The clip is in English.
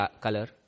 color